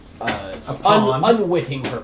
unwitting